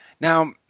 now